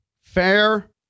fair